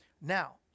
Now